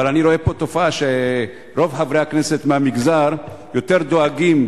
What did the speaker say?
אבל אני רואה פה תופעה שרוב חברי הכנסת מהמגזר יותר דואגים